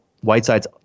Whiteside's